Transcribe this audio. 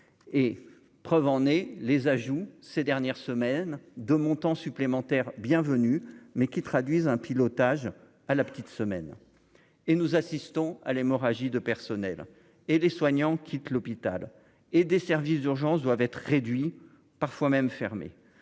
et preuve en est les ajouts ces dernières semaines de montant supplémentaire bienvenu, mais qui traduisent un pilotage à la petite semaine et nous assistons à l'hémorragie de personnel et les soignants quittent l'hôpital et des services d'urgence doivent être réduits, parfois même fermé